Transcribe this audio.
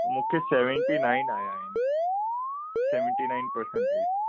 मूंखे seventy nine आया आहिन सेवनटी नाइन परसेंटेज़